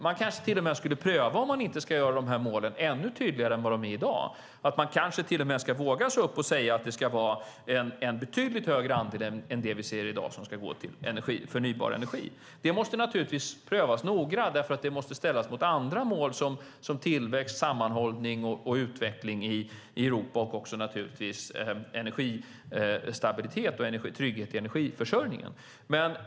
Man kanske till och med kan pröva om målen ska göras ännu tydligare än vad de är i dag, att man kanske till och med ska våga sig upp och säga att det ska vara en betydligt högre andel än den vi ser i dag som ska gå till förnybar energi. Det måste naturligtvis prövas noggrant eftersom det måste ställas mot andra mål, till exempel tillväxt, sammanhållning och utveckling i Europa och naturligtvis energistabilitet och trygghet i energiförsörjningen.